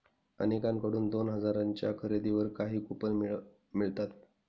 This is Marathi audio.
अनेकांकडून दोन हजारांच्या खरेदीवर काही कूपन मिळतात